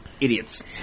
idiots